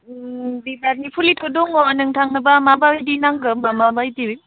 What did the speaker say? बिबारनि फुलिथ' दङ नोंथांनोब्ला माबायदि नांगो माबायदि